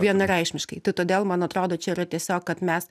vienareikšmiškai tai todėl man atrodo čia yra tiesiog kad mes